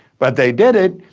but they did it.